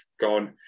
gone